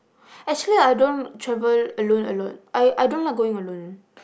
actually I don't travel alone a lot I I don't like going alone